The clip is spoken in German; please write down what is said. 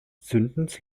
zündens